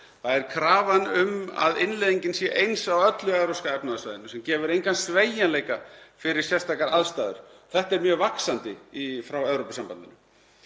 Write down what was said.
Krafan um að innleiðingin sé eins á öllu Evrópska efnahagssvæðinu gefur engan sveigjanleika fyrir sérstakar aðstæður. Þetta er mjög vaxandi frá Evrópusambandinu.